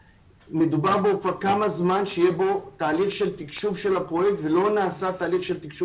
מדובר כבר כמה זמן שיהיה בפרויקט תהליך תקשוב ולא נעשה התהליך הזה,